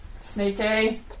Sneaky